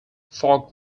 fog